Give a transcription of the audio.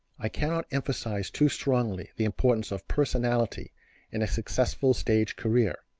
i cannot emphasize too strongly the importance of personality in a successful stage career.